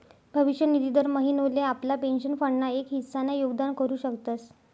भविष्य निधी दर महिनोले आपला पेंशन फंड ना एक हिस्सा ना योगदान करू शकतस